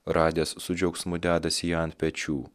radęs su džiaugsmu dedasi ją ant pečių